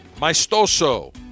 Maestoso